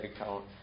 account